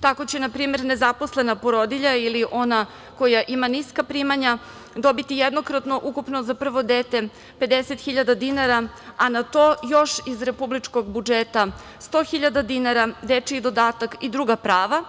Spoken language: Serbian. Tako će, na primer, nezaposlena porodilja ili ona koja ima niska primanja dobiti jednokratno ukupno za prvo dete 50.000 dinara, a na to još iz republičkog budžeta 100.000 dinara, dečiji dodatak i druga prava,